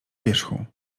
wierzchu